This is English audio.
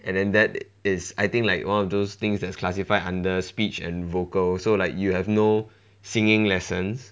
and then that is I think like one of those things that is classified under speech and vocal so like you have no singing lessons